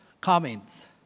comments